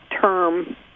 term